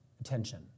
attention